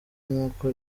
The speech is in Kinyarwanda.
nk’uko